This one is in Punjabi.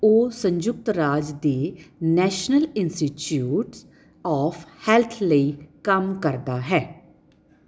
ਓ ਸੰਯੁਕਤ ਰਾਜ ਦੇ ਨੈਸ਼ਨਲ ਇੰਸਟੀਚਿਊਟਸ ਓਫ ਹੈਲਥ ਲਈ ਕੰਮ ਕਰਦਾ ਹੈ